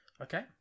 Okay